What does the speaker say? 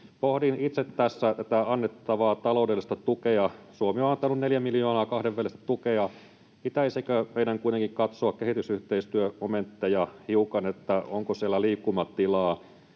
Pohdin itse tässä tätä annettavaa taloudellista tukea. Suomi on antanut 4 miljoonaa kahdenvälistä tukea. Pitäisikö meidän kuitenkin katsoa kehitysyhteistyömomentteja hiukan, että onko siellä liikkumatilaa